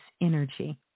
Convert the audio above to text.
energy